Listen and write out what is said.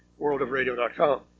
worldofradio.com